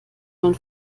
man